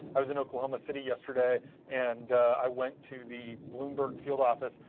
i was in oklahoma city yesterday and i went to the bloomberg field office.